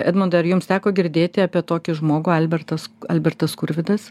edmundai ar jums teko girdėti apie tokį žmogų albertas albertas skurvydas